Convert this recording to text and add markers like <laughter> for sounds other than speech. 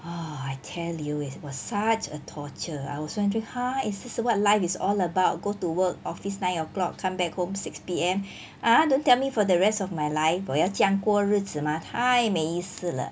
<noise> I tell you it was such a torture I was wondering !huh! is this what life is all about go to work office nine o'clock come back home six P_M !huh! don't tell me for the rest of my life 我要这样过日子吗太没意思了